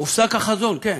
הופסק החזון, כן.